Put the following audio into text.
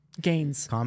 Gains